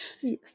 Yes